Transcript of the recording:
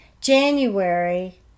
January